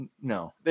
no